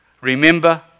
Remember